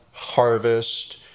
Harvest